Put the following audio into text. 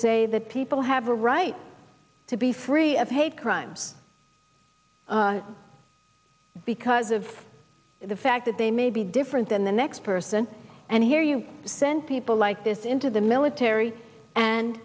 say that people have a right to be free of hate crimes because of the fact that they may be different than the next person and here you sent people like this into the military and